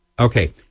Okay